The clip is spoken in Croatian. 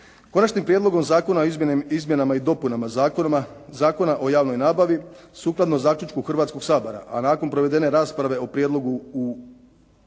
Konačnim prijedlogom Zakona o izmjenama i dopunama Zakona o javnoj nabavi, sukladno zaključku Hrvatskog sabora, a nakon provedene rasprave o prijedlogu